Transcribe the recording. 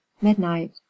midnight